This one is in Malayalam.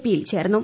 പിയിൽ ചേർന്നു